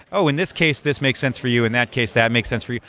oh, in this case, this makes sense for you. in that case, that makes sense for you.